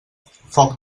foc